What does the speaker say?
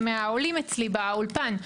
מהעולים אצלי באולפן.